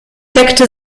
deckte